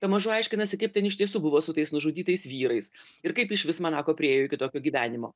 pamažu aiškinasi kaip ten iš tiesų buvo su tais nužudytais vyrais ir kaip išvis manako priėjo iki tokio gyvenimo